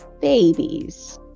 babies